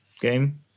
game